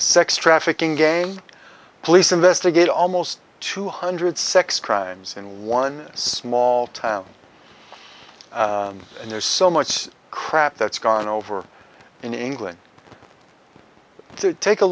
sex trafficking game police investigate almost two hundred sex crimes in one small town and there's so much crap that's gone over in england to take a